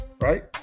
Right